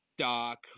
dark